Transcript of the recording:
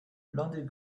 landed